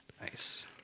Nice